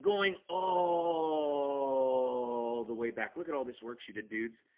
going all the way back look at all this work she did dudes